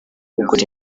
kugura